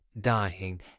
dying